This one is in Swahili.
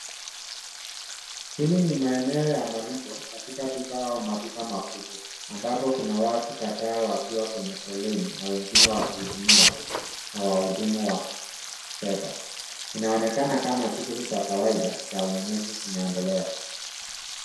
Hili ni maeneo ya malipo katika duka au maduka makubwa ambapo kuna watu kadhaa wakiwa kwenye foleni na wengine wakihudumiwa na wahudumu wa fedha. Inaonekana kama shughuli za kawaida za ununuzi zinaendelea.